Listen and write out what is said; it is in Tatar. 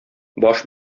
баш